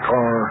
Car